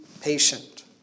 patient